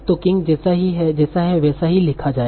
तो king जैसा है वैसा ही लिखा जाएगा